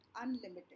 unlimited